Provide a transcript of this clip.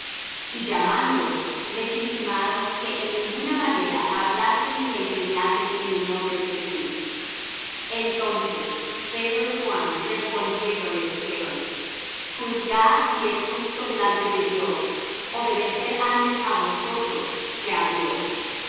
y llamándolos les intimaron que en ninguna manera hablasen ni enseñasen en el nombre de jesús entonces pedro y juan respondiendo les dijeron juzgad si es justo delante de dios obedecer antes á vosotros que á dios